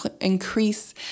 increase